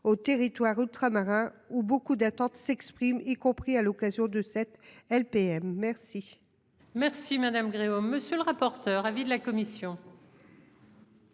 aux territoires ultramarins où beaucoup d'attentes s'exprime, y compris à l'occasion de cette LPM merci. Merci madame. Monsieur le rapporteur. Avis de la commission.